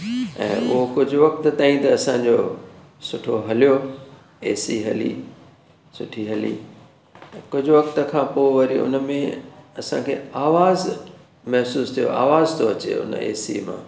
ऐं उहो कुझु वक़्त ताईं त असांजो सुठो हलियो ए सी हली सुठी हली ऐं कुझु वक़्त खां पोइ वरी उनमें असांखे आवाज़ु महसूसु थियो आवाज़ु पियो अचे उन ए सी मां